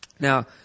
Now